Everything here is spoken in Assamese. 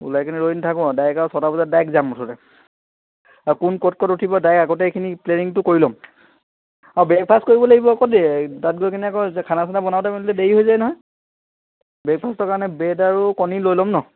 ওলাই কিনে ৰৈ নেথাকো আৰু ডাইৰেক্ট আৰু ছয়টা বজাত ডাইৰেক্ট যাম মুঠতে আৰু কোন ক'ত ক'ত উঠিব ডাইৰেক্ট আগতে এইখিনি প্লেনিংটো কৰি লম আৰু ব্ৰেকফাষ্ট কৰিব লাগিব আকৌ দেই তাত গৈ কেনে আকৌ যে খানা চানা বনাওঁতে মিলোতে দেৰি হৈ যায় নহয় ব্ৰেকফাষ্টৰ কাৰণে ব্ৰেড আৰু কণী লৈ ল'ম ন